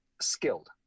skilled